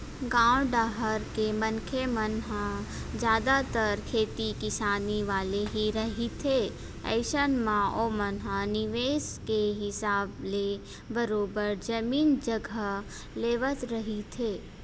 गाँव डाहर के मनखे मन ह जादतर खेती किसानी वाले ही रहिथे अइसन म ओमन ह निवेस के हिसाब ले बरोबर जमीन जघा लेवत रहिथे